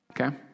Okay